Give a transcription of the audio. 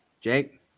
Jake